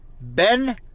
Ben